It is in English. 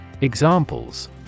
Examples